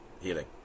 healing